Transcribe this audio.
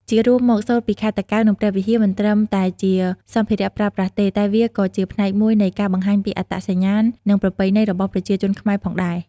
ជារួមមក សូត្រពីខេត្តតាកែវ និងព្រះវិហារ មិនត្រឹមតែជាសម្ភារៈប្រើប្រាស់ទេ តែវាក៏ជាផ្នែកមួយនៃការបង្ហាញពីអត្តសញ្ញាណ និងប្រពៃណីរបស់ប្រជាជនខ្មែរផងដែរ។